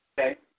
Okay